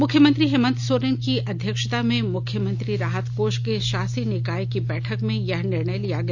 मुख्यमंत्री हेमन्त सोरेन की अध्यक्षता में मुख्यमंत्री राहत कोष के शासी निकाय की बैठक में यह निर्णय लिया गया